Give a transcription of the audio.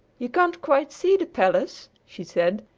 you can't quite see the palace, she said,